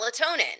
melatonin